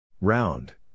Round